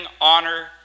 honor